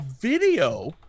video